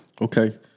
Okay